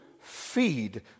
feed